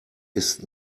ist